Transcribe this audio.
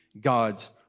God's